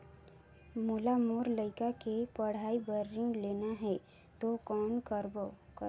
मोला मोर लइका के पढ़ाई बर ऋण लेना है तो कौन करव?